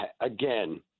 again